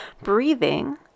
Breathing